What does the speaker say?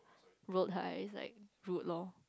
roll her eyes like rude lor